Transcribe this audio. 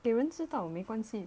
they weren't 知道没关系